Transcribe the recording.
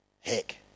Heck